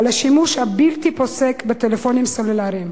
על השימוש הבלתי-פוסק בטלפונים סלולריים,